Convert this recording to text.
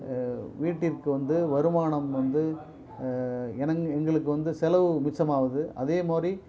வீட்டிற்கு வந்து வருமானம் வந்து எனது எங்களுக்கு வந்து செலவு மிச்சமாகுது அதேமாதிரி